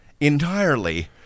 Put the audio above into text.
entirely